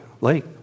Lake